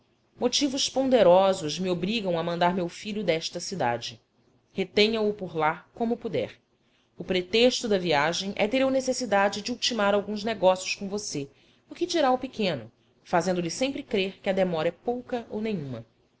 motivos ponderosos me obrigam a mandar meu filho desta cidade retenha o por lá como puder o pretexto da viagem é ter eu necessidade de ultimar alguns negócios com você o que dirá ao pequeno fazendo-lhe sempre crer que a demora é pouca ou nenhuma